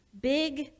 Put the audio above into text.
big